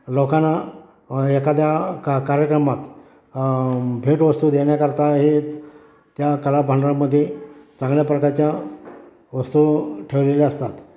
लोकांना एखाद्या का कार्यक्रमात भेटवस्तू देण्याकरता हेच त्या कला भांडारामध्ये चांगल्या प्रकारच्या वस्तू ठेवलेल्या असतात